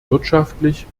wirtschaftlich